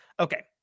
Okay